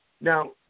now